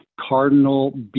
Cardinal